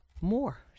more